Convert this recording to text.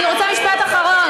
אני רוצה משפט אחרון.